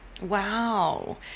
Wow